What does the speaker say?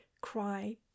cry